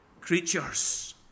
creatures